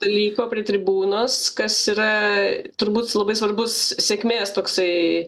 dalyko prie tribūnos kas yra turbūt labai svarbus sėkmės toksai